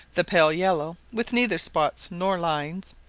the pale yellow, with neither spots nor lines,